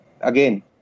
again